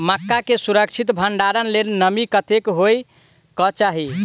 मक्का केँ सुरक्षित भण्डारण लेल नमी कतेक होइ कऽ चाहि?